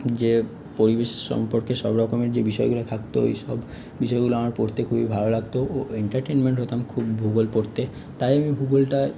যে পরিবেশ সম্পর্কে সব রকমের যে বিষয়গুলো থাকতো ওই সব বিষয়গুলো আমার পড়তে খুবই ভালো লাগতো ও এন্টারটেনড হতাম খুব ভূগোল পড়তে তাই আমি ভূগোলটা